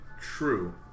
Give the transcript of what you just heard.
true